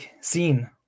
seen